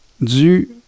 du